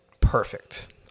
perfect